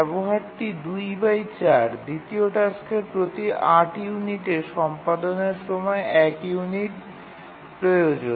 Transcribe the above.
ব্যবহারটি ২৪ দ্বিতীয় টাস্কের প্রতি ৮ ইউনিটে সম্পাদনের সময় ১ ইউনিট প্রয়োজন